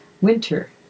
Winter